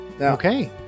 Okay